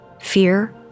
fear